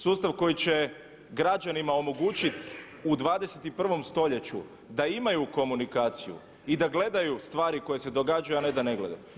Sustav koji će građanima omogućiti u 21. stoljeću da imaju komunikaciju i da gledaju stvari koje se događaju, a ne da ne gledaju.